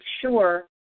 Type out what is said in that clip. sure